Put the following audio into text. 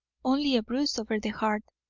only a bruise over the heart.